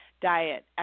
diet